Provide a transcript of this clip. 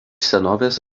senovės